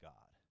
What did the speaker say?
God